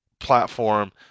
platform